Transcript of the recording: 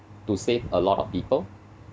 to save a lot of people